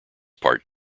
part